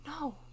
no